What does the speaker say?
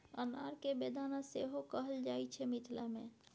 अनार केँ बेदाना सेहो कहल जाइ छै मिथिला मे